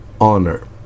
honor